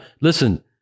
listen